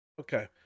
Okay